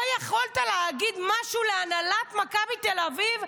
לא יכולת להגיד משהו להנהלת מכבי תל אביב?